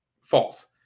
false